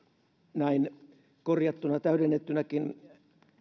näin korjattuna ja täydennettynäkin